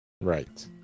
right